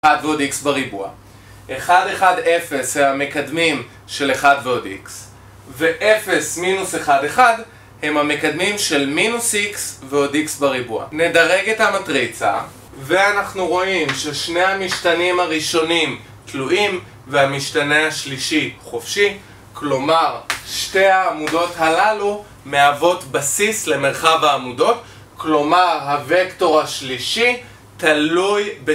1 ועוד x בריבוע, 1, 1, 0 הם המקדמים של 1 ועוד x ו-0, מינוס 1, 1 הם המקדמים של מינוס x ועוד x בריבוע נדרג את המטריצה, ואנחנו רואים ששני המשתנים הראשונים תלויים והמשתנה השלישי חופשי, כלומר שתי העמודות הללו מהוות בסיס למרחב העמודות, כלומר הווקטור השלישי תלוי